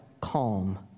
calm